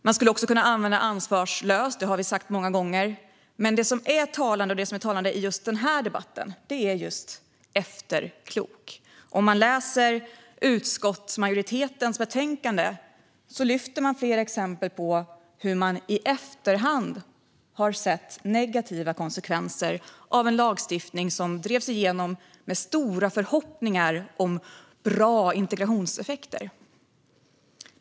Man skulle också kunna använda ordet "ansvarslös". Det har vi sagt många gånger. Men det som är talande i just den här debatten är just efterklokheten. I utskottsmajoritetens betänkande lyfter man fram flera exempel på hur man i efterhand har sett negativa konsekvenser av en lagstiftning som drevs igenom med stora förhoppningar om bra integrationseffekter.